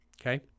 Okay